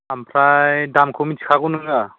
ओमफ्राय दामखौ मिथिखागौ नोङो